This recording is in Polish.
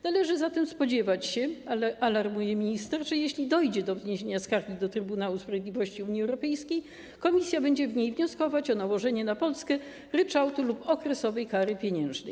Należy zatem spodziewać się - alarmuje minister - że jeśli dojdzie do wniesienia skargi do Trybunału Sprawiedliwości Unii Europejskiej, Komisja będzie w niej wnioskować o nałożenie na Polskę ryczałtu lub okresowej kary pieniężnej.